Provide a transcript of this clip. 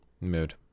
Mood